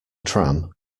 tram